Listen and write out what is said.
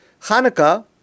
Hanukkah